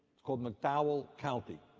is called mc d owell county,